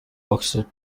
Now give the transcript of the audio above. oxted